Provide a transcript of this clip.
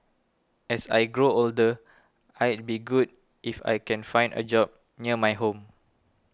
as I grow older it'd be good if I can find a job near my home